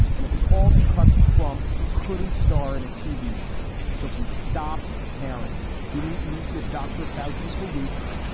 and it was all because trump couldn't star in a tv show, so he stopped caring he didn't meet with dr. foushee for weeks.